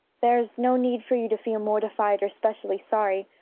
there's no need for you to feel mortified or specially sorry.